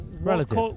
Relative